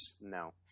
No